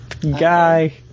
guy